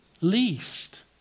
Least